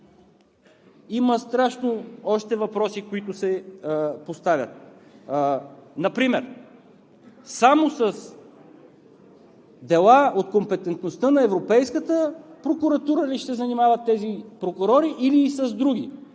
още страшно много въпроси, които се поставят. Например само с дела от компетентността на Европейската прокуратура ли ще се занимават тези прокурори или и с други?